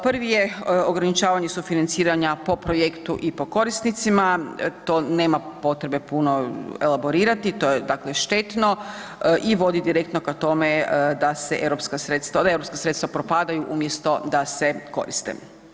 Prvi je ograničavanje sufinanciranja po projektu i po korisnicima, to nema potrebe puno elaborirati, to je štetno i vodi direktno k tome da europska sredstva propadaju umjesto da se koriste.